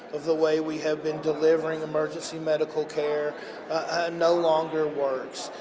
the way we have been delivering emergency medical care no longer works.